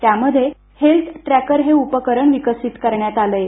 त्यामध्ये health tracker हे उपकरण विकसित करण्यात आले आहे